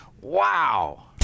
Wow